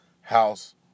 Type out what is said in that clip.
house